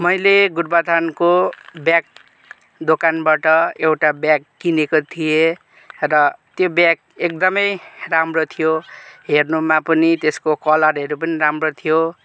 मैले गुरबथानको ब्याग दोकानबाट एउटा ब्याग किनेको थिए र त्यो ब्याग एकदमै राम्रो थियो हेर्नुमा पनि त्यसको कलरहरू पनि राम्रो थियो